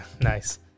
nice